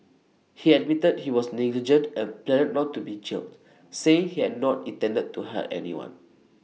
he admitted he was negligent and pleaded not to be jailed saying he had not intended to hurt anyone